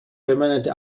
permanente